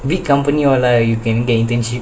big company all lah you can get internship